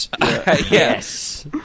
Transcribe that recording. Yes